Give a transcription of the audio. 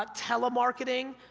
ah telemarketing,